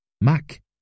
Mac